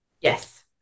yes